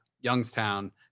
Youngstown